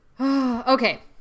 okay